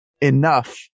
enough